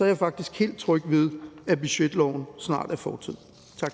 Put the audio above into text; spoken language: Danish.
er jeg faktisk helt tryg ved, at budgetloven snart er fortid. Tak.